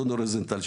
דודו רוזנטל,